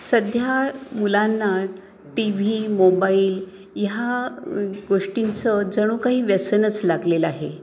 सध्या मुलांना TV mobile ह्या गोष्टींचं जणू काही व्यसनच लागलेलं आहे